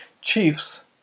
chiefs